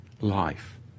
life